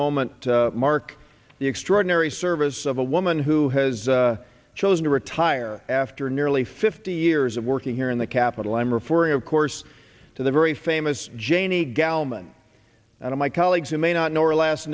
moment mark the extraordinary service of a woman who has chosen to retire after nearly fifty years of working here in the capitol i'm referring of course to the very famous janey gallon of my colleagues who may not know or last